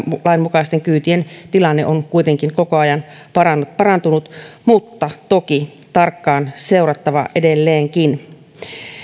mukaisten kela taksikyytien tilanne on kuitenkin koko ajan parantunut mutta sitä on toki tarkkaan seurattava edelleenkin